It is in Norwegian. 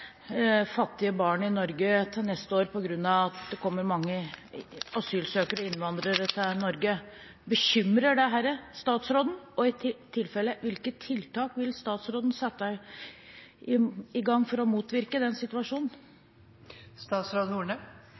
fattige barn i Norge til neste år på grunn av at det kommer mange asylsøkere og innvandrere til Norge. Bekymrer dette statsråden, og i tilfelle hvilke tiltak vil statsråden sette i verk for å motvirke den situasjonen?